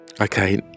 Okay